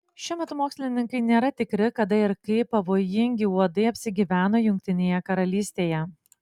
šiuo metu mokslininkai nėra tikri kada ir kaip pavojingi uodai apsigyveno jungtinėje karalystėje